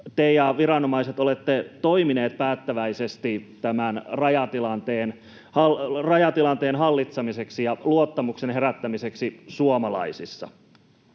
te ja viranomaiset olette toimineet päättäväisesti tämän rajatilanteen hallitsemiseksi ja luottamuksen herättämiseksi suomalaisissa.